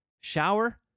shower